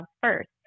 first